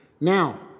Now